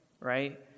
right